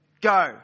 go